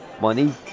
Money